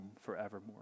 forevermore